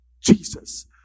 Jesus